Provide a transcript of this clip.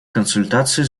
консультации